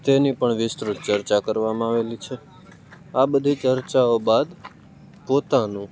તેની પણ વિસ્તૃત ચર્ચા કરવામાં આવેલી છે આ બધી ચર્ચાઓ બાદ પોતાનું